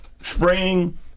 spring